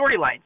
storylines